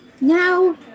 Now